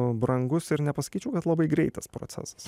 brangus ir nepasakyčiau kad labai greitas procesas